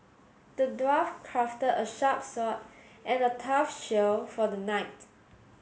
the dwarf crafted a sharp sword and a tough shield for the knight